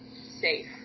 safe